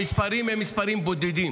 המספרים הם מספרים בודדים.